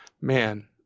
man